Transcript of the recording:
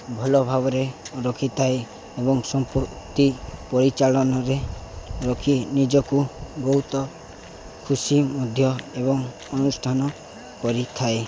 ଭଲ ଭାବରେ ରଖିଥାଏ ଏବଂ ସମ୍ପତି ପରିଚାଳନାରେ ରଖି ନିଜକୁ ବହୁତ ଖୁସି ମଧ୍ୟ ଏବଂ ଅନୁଷ୍ଠାନ କରିଥାଏ